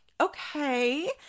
Okay